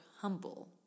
humble